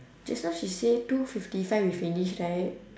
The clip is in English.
just now she said two fifty five we finish right